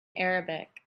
arabic